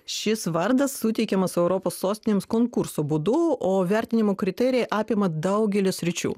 šis vardas suteikiamas europos sostinėms konkurso būdu o vertinimo kriterijai apima daugelį sričių